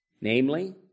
namely